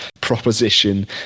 proposition